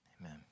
Amen